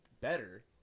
better